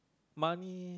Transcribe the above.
money